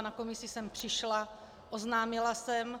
Na komisi jsem přišla, oznámila jsem.